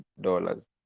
dollars